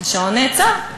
השעון נעצר.